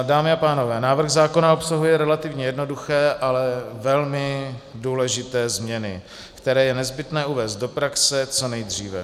Dámy a pánové, návrh zákona obsahuje relativně jednoduché, ale velmi důležité změny, které je nezbytné uvést do praxe co nejdříve.